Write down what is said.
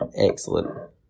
Excellent